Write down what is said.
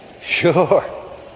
Sure